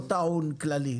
לא טעון כללי.